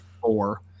four